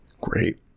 Great